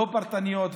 לא פרטניות.